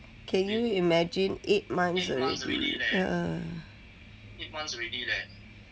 can you imagine eight months already